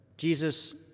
Jesus